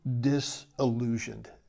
disillusioned